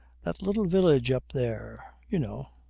that little village up there you know.